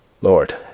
Lord